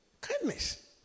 Kindness